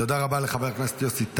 תודה רבה לחבר הכנסת יוסי טייב.